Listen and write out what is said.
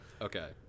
Okay